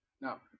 Now